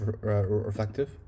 reflective